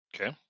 Okay